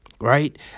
right